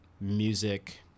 music